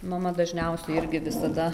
mama dažniausiai irgi visada